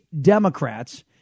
Democrats